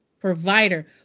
Provider